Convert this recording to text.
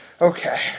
Okay